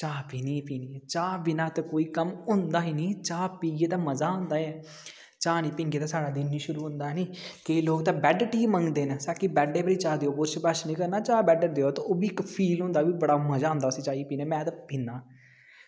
चाह् पीनी गै पीनी चाह् बिना ते कोई कम्म होंदा गै नेईं चाह् पीऐ ते मज़ा आंदा ऐ चाह् निं पीगै ते साढ़ा दिन निं शुरू होंदा ऐनी केईं लोग बेड टी मंगदे न ते ब्रूश निं करना ते बेड चाह् देओ फील होंदा ते बड़ा मज़ा आंदा उस चाह् गी में ते पीना